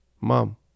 Mom